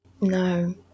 No